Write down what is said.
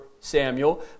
Samuel